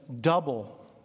double